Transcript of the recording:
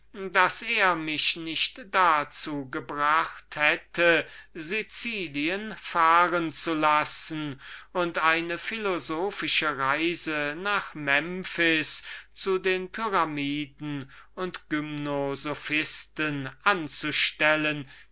daß er mich letzthin nicht auf den einfall gebracht hätte sicilien dahinten zu lassen und eine philosophische reise nach memphis und zu den pyramiden und gymnosophisten anzustellen